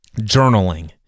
journaling